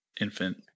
infant